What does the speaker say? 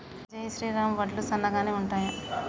జై శ్రీరామ్ వడ్లు సన్నగనె ఉంటయా?